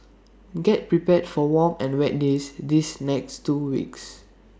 get prepared for warm and wet days these next two weeks